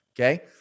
Okay